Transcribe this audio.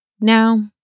Now